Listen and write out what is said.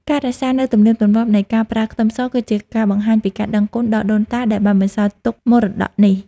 ការរក្សានូវទំនៀមទម្លាប់នៃការប្រើខ្ទឹមសគឺជាការបង្ហាញពីការដឹងគុណដល់ដូនតាដែលបានបន្សល់ទុកមរតកនេះ។